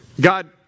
God